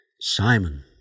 Simon